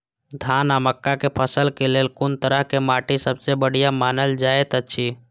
धान आ मक्का के फसल के लेल कुन तरह के माटी सबसे बढ़िया मानल जाऐत अछि?